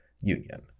union